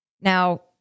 Now